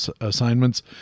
assignments